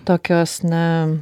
tokios na